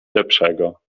lepszego